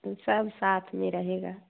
सब साथ में रहेगा